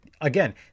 Again